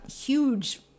huge